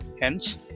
Hence